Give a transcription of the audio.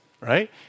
right